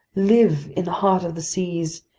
live in the heart of the seas!